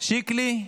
שיקלי,